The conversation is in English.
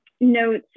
notes